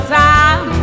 time